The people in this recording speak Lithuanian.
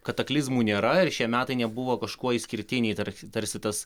kataklizmų nėra ir šie metai nebuvo kažkuo išskirtiniai tar tarsi tas